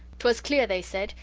twas clear, they said,